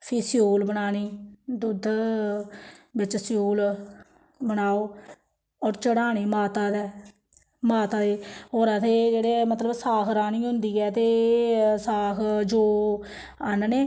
फ्ही स्यूल बनानी दुद्ध बिच्च स्यूल बनाओ होर चढ़ानी माता दे माता गी होर असें एह् जेह्ड़े मतलब साख राह्नी होंदी ऐ ते एह् साख जौ आह्नने